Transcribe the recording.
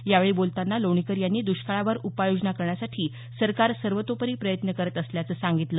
यावेळी बोलताना लोणीकर यांनी दष्काळावर उपाययोजना करण्यासाठी सरकार सर्वतोपरी प्रयत्न करत असल्याचं सांगितलं